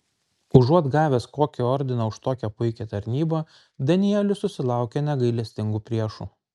užuot gavęs kokį ordiną už tokią puikią tarnybą danielius susilaukia negailestingų priešų